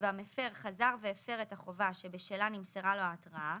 והמפר חזר והפר את החובה שבשלה נמסרה לו ההתראה,